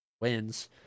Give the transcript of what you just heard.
wins